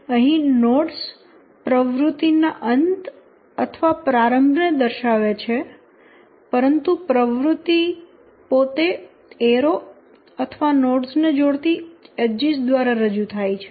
અહીં નોડ્સ પ્રવૃત્તિ ના અંત અથવા પ્રારંભ ને દર્શાવે છે પરંતુ પ્રવૃત્તિ જાતે એરો અથવા નોડ્સ ને જોડતી એડ઼જીસ દ્વારા રજૂ થાય છે